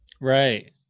Right